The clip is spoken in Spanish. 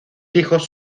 hijos